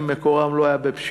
אם מקורם לא היה בפשיעה,